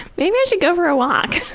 maybe i should go for a walk.